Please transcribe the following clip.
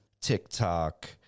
TikTok